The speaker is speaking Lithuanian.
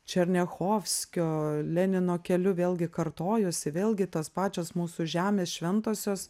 černiachovskio lenino keliu vėlgi kartojosi vėlgi tos pačios mūsų žemės šventosios